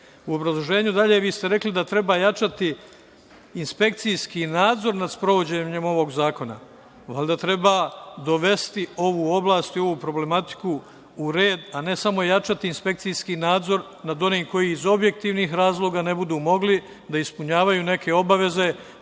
obrazloženju dalje vi ste rekli da treba jačati inspekcijski nadzor nad sprovođenjem ovog zakona. Pa valjda treba dovesti ovu oblast i ovu problematiku u red, a ne samo jačati inspekcijski nadzor nad onim koji iz objektivnih razloga ne budu mogli da ispunjavaju neke obaveze